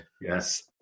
Yes